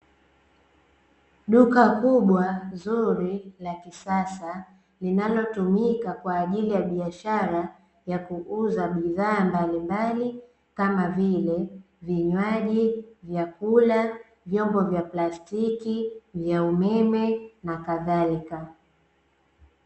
Duka kubwa, zuri, la kisasa linalotumika kwa ajili ya biashara ya kuuza bidhaa mbalimbali kama vile vinywaji, vyakula, vyombo vya plastiki, vya umeme, na kadhalika.